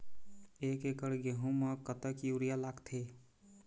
एक एकड़ गेहूं म कतक यूरिया लागथे?